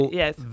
yes